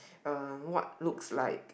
uh what looks like